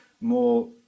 more